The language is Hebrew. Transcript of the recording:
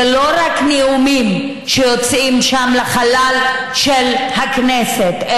זה לא רק נאומים שיוצאים שם לחלל של הכנסת,